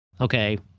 Okay